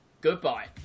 goodbye